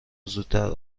زودتر